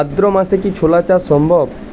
ভাদ্র মাসে কি ছোলা চাষ সম্ভব?